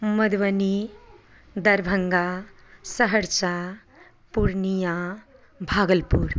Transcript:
Madhubani Darbhanga Saharsa Purnia Bhagalpur